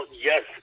yes